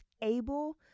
able